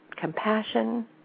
compassion